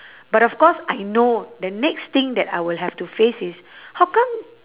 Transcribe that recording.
but of course I know the next thing that I will have to face is how come